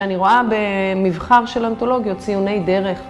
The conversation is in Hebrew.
אני רואה במבחר של אנתולוגיות ציוני דרך.